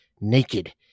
naked